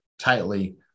tightly